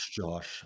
Josh